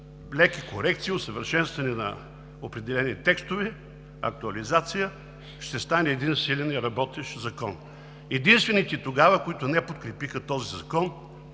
леки корекции, усъвършенстване на определени текстове, актуализация, ще стане един силен и работещ закон. Единствените тогава, които не подкрепиха този закон,